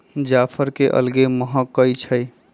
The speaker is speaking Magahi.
जाफर के अलगे महकइ छइ